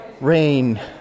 rain